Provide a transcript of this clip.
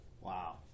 Wow